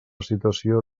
situació